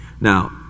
Now